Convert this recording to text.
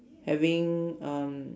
having um